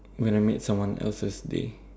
when I made someone else's day